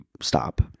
stop